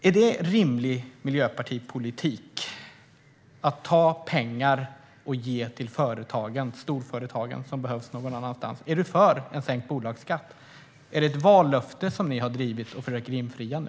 Är det rimlig miljöpartipolitik att ta pengar och ge till storföretagen, pengar som behövs någon annanstans? Är du för en sänkt bolagsskatt, Rasmus Ling? Är det ett vallöfte som ni har drivit och försöker infria nu?